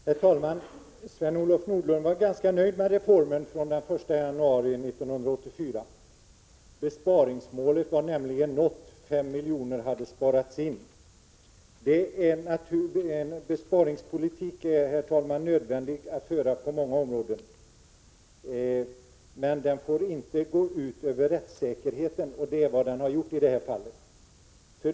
Herr talman! Sven-Olof Nordlund var ganska nöjd med reformen från den 1 januari 1984. Besparingsmålet var nämligen nått, och 5 miljoner hade sparats in. Herr talman! Det är nödvändigt att föra en besparingspolitik på många områden, men den får inte gå ut över rättssäkerheten, och det är vad den har gjort i det här fallet.